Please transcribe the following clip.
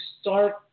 start